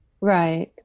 Right